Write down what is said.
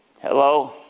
Hello